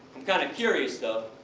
i'm kinda curious, though,